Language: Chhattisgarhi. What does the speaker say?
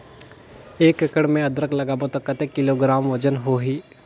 एक एकड़ मे अदरक लगाबो त कतेक किलोग्राम वजन होही?